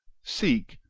seek,